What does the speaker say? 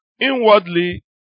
inwardly